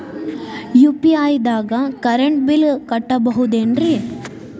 UPI ದಾಗ current bill ಕಟ್ಟಬಹುದೇನ್ರಿ?